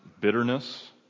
bitterness